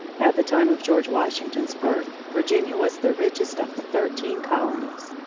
at the time of george washington's birth, virginia was the richest of the thirteen colonies.